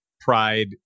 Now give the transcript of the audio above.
pride